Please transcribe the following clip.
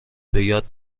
بیاد